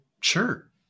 sure